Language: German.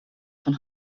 von